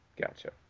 Gotcha